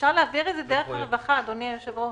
אפשר להסדיר את זה דרך הרווחה, אדוני היושב-ראש.